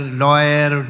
lawyer